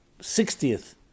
sixtieth